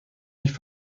nicht